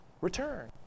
return